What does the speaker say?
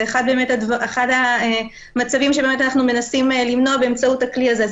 זה אחד המצבים שאנחנו מנסים למנוע באמצעות הכלי הזה.